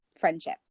friendship